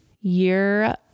year